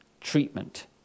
treatment